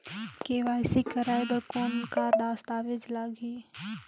KYC कराय बर कौन का दस्तावेज लगही?